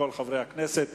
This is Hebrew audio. התשס"ח 2007,